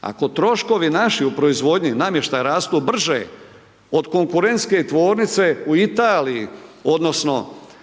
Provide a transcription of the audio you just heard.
ako troškovi naši u proizvodnji namještaja rastu brže od konkurentske tvornice u Italiji odnosno